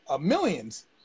millions